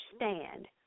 understand